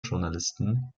journalisten